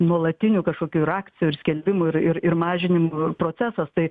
nuolatinių kažkokių ir akcijų ir skelbimų ir ir mažinimų procesas tai